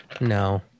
No